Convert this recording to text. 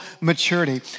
maturity